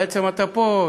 בעצם אתה פה,